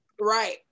Right